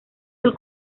del